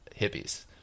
hippies